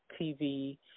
TV